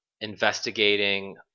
investigating